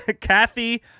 Kathy